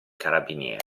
carabinieri